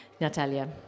Natalia